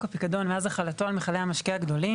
הפיקדון מאז החלטו על מכלי המשקה הגדולים,